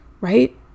right